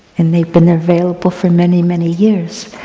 and they've been available for many, many years.